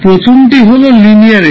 প্রথমটি হল লিনিয়ারিটি